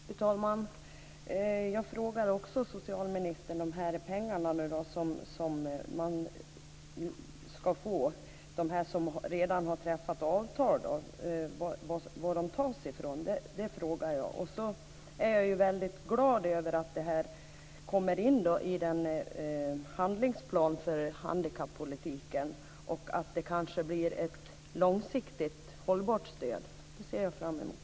Fru talman! Jag frågade också socialministern varifrån de pengar ska tas som de som redan har träffat avtal ska få. Sedan är jag väldigt glad att detta kommer in i handlingsplanen för handikappolitiken och att det kanske blir ett långsiktigt hållbart stöd. Det ser jag fram emot.